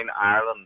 Ireland